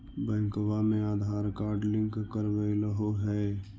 बैंकवा मे Aadhaar card link करवैलहो है?